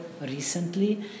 recently